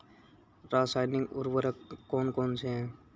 रासायनिक उर्वरक कौन कौनसे हैं?